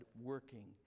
working